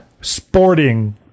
sporting